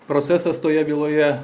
procesas toje byloje